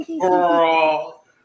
Girl